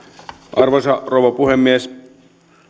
arvoisa rouva puhemies